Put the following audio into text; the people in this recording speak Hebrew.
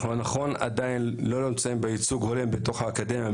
נכון, אנחנו עדיין לא נמצאים בייצוג הולם באקדמיה.